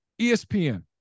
ESPN